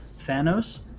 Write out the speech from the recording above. Thanos